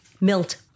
Milt